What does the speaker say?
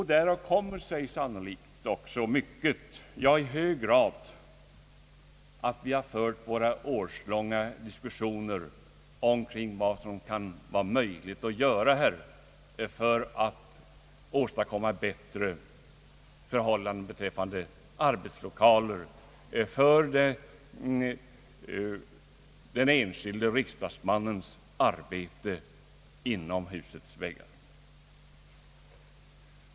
Därav kommer det sig sannolikt också i hög grad, att vi har fört våra årslånga diskussioner omkring vad som kan vara möjligt att göra för att åstadkomma bättre förhållanden beträffande arbetslokaler för den enskilde riksdagsmannens arbete inom husets väggar.